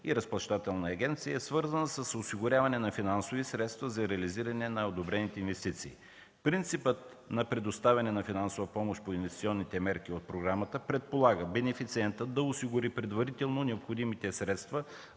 и Разплащателната агенция, е свързана с осигуряване на финансови средства за реализиране на одобрените инвестиции. Принципът на предоставяне на финансова помощ по инвестиционните мерки в програмата предполага бенефициентът да осигури предварително необходимите средства